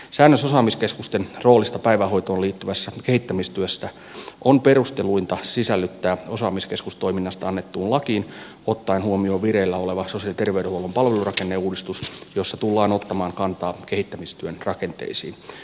säännös osaamiskeskusten roolista päivähoitoon liittyvässä kehittämistyössä on perustelluinta sisällyttää osaamiskeskustoiminnasta annettuun lakiin ottaen huomioon vireillä oleva sosiaali ja terveydenhuollon palvelurakenneuudistus jossa tullaan ottamaan kantaa kehittämistyön rakenteisiin